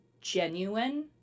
genuine